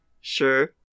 Sure